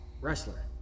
wrestler